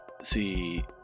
see